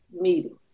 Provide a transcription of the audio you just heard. meeting